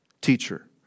teacher